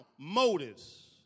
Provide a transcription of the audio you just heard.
motives